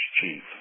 chief